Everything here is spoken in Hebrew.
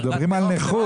מדברים על נכות.